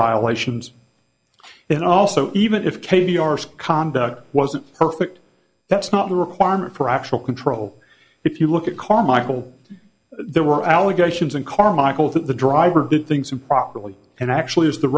violations and also even if k b r scotland wasn't perfect that's not a requirement for actual control if you look at carmichael there were allegations and carmichael that the driver did things improperly and actually as the